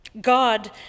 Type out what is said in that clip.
God